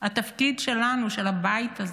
התפקיד שלנו, של הבית הזה,